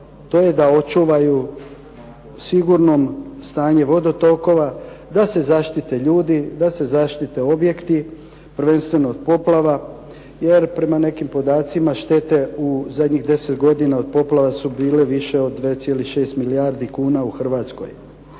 To je da očuvaju sigurnom stanje vodotokova, da se zaštite ljudi, da se zaštite objekti prvenstveno od poplava. Jer prema nekim podacima štete u zadnjih 10 godina od poplava su bile više od 2,6 milijardi kuna u Hrvatskoj.